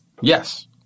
Yes